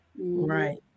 right